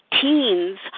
teens